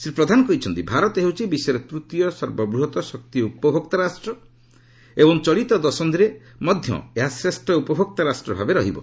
ଶ୍ରୀ ପ୍ରଧାନ କହିଛନ୍ତି ଭାରତ ହେଉଛି ବିଶ୍ୱରେ ତୃତୀୟ ସର୍ବବୃହତ୍ ଶକ୍ତି ଉପଭୋକ୍ତା ରାଷ୍ଟ୍ର ଏବଂ ଚଳିତ ଦଶନ୍ଧିରେ ମଧ୍ୟ ଏହା ଶ୍ରେଷ୍ଠ ଉପଭୋକ୍ତା ରାଷ୍ଟ୍ର ଭାବେ ରହିବ